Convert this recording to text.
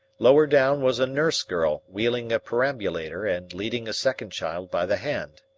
lower down was a nurse girl wheeling a perambulator and leading a second child by the hand.